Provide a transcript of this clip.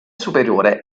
superiore